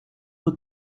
eau